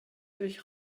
durch